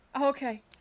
Okay